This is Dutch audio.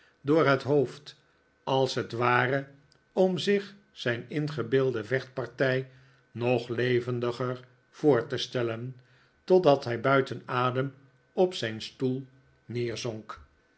voor het hoofd als het ware om zich zijn ingebeelde vechtpartij nog levendiger voor te stellen totdat hij buiten adem op zijn stoel neerzonk